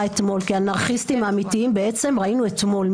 אתמול כי אנרכיסטיים אמיתיים ראינו אתמול.